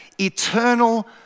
eternal